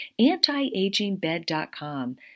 Antiagingbed.com